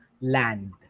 land